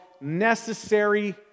Necessary